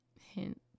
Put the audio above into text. Hint